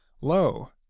lo